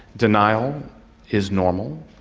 denial is normal,